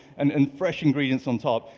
and and fresh ingredients on top.